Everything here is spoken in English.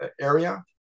area